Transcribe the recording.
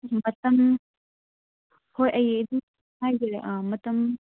ꯃꯇꯝ ꯍꯣꯏ ꯑꯩ ꯑꯗꯨꯝ ꯃꯇꯝ